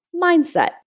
mindset